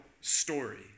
story